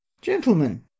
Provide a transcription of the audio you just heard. gentlemen